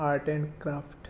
art and craft